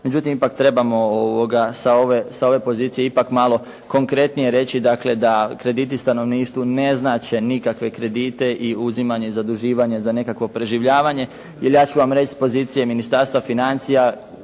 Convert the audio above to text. Međutim, ipak trebamo sa ove pozicije ipak malo konkretnije reći, dakle da krediti stanovništvu ne znače nikakve kredite i uzimanje zaduživanja za nekakvo preživljavanje jer ja ću vam reći s pozicije Ministarstva financija,